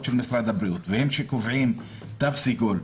של משרד הבריאות והן שקובעות תו סגול,